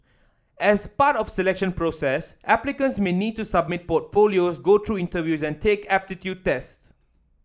as part of the selection process applicants may need to submit portfolios go through interview and take aptitude tests